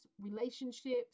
relationships